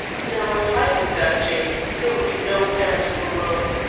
now if i did that, james, there would be no end of a row.